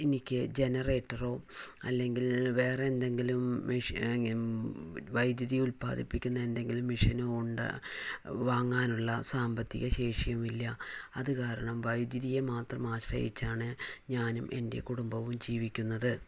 എനിക്ക് ജനറേറ്ററോ അല്ലെങ്കിൽ വേറെ എന്തെങ്കിലും മെഷീനോ വൈദ്യുതി ഉൽപ്പാദിപ്പിക്കുന്ന എന്തെങ്കിലും മെഷീനോ വാങ്ങാനുള്ള സാമ്പത്തിക ശേഷിയും ഇല്ല അത് കാരണം വൈദ്യുതിയെ മാത്രം ആശ്രയിച്ചാണ് ഞാനും എൻ്റെ കുടുംബവും ജീവിക്കുന്നത്